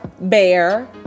bear